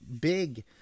big